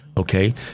Okay